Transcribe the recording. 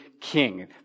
king